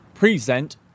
Present